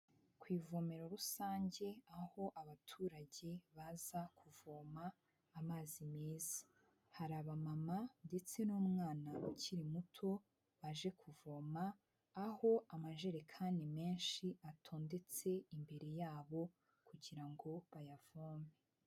Ku ivomero rusange aho abaturage baza kuvoma amazi meza. Hari abamama ndetse n'umwana ukiri muto baje kuvoma, aho amajerekani menshi atondetse imbere yabo kugira ngo bayavome.